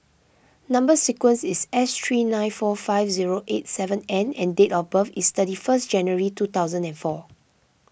Number Sequence is S three nine four five zero eight seven N and date of birth is thirty first January two thousand and four